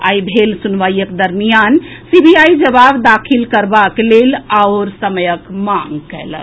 आई भेल सुनवाईक दरमियान सीबीआई जवाब दाखिल करबाक लेल आओर समयक मांग कयलक